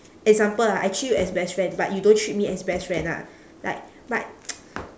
example ah I treat you as best friend but you don't treat me as best friend lah like but